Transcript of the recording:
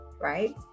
Right